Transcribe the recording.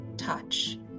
touch